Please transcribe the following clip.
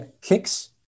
Kicks